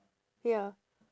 ya